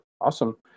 Awesome